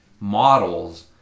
models